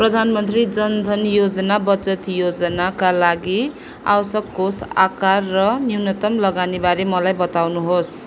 प्रधान मन्त्री जन धन योजना बचत योजनाका लागि आवश्यक कोष आकार र न्यूनतम लगानीबारे मलाई बताउनुहोस्